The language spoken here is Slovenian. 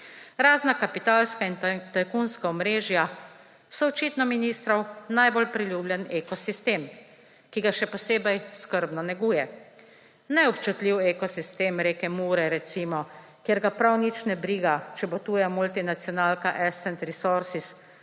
Razna kapitalska in tajkunska omrežja so očitno ministrov najbolj priljubljen ekosistem, ki ga še posebej skrbno neguje. Ne občutljiv ekosistem reke Mure, recimo, kjer ga prav nič ne briga, če bo tuja multinacionalka Ascent Resources